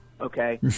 okay